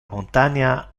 montania